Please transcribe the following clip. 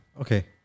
Okay